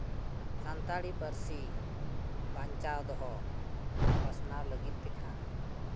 ᱥᱟᱱᱛᱟᱲᱤ ᱯᱟᱹᱨᱥᱤ ᱵᱟᱧᱪᱟᱣ ᱫᱚᱦᱚ ᱟᱨ ᱯᱟᱥᱱᱟᱣ ᱞᱟᱹᱜᱤᱫ ᱛᱮᱠᱷᱟᱱ